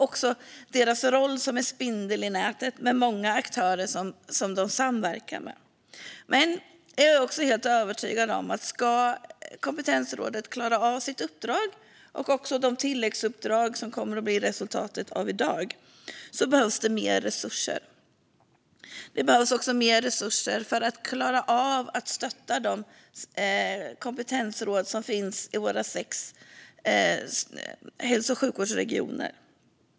Man har rollen som spindel i nätet och samverkar med många aktörer. Man jag är också helt övertygad om att om kompetensrådet ska klara av sitt uppdrag och också de tilläggsuppdrag som kommer att bli resultatet av det vi debatterar i dag behövs mer resurser. Det behövs också mer resurser för att klara av att stötta de kompetensråd som finns i våra sex hälso och sjukvårdsregioner.